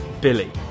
Billy